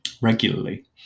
regularly